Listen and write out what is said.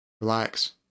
Relax